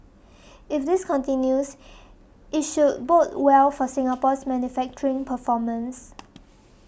if this continues it should bode well for Singapore's manufacturing performance